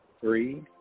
three